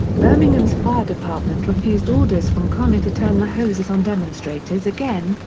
birmingham's fire department refused orders from connor to turn the hoses on demonstrators again,